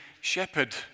shepherd